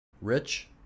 Rich